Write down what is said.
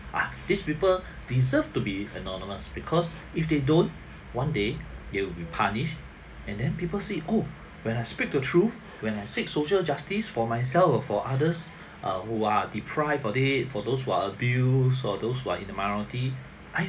ah these people deserve to be anonymous because if they don't one day they will be punished and then people say oh when I speak the truth when I seek social justice for myself or for others err who are deprived or they for those who are abused or those who are in the minority i~